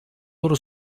loro